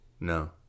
No